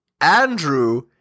Andrew